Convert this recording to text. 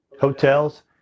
hotels